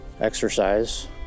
Exercise